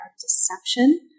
deception